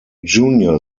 junior